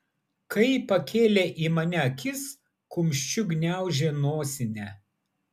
kai pakėlė į mane akis kumščiu gniaužė nosinę